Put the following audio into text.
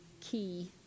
key